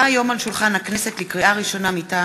מטעם